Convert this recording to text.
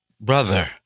Brother